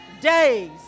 days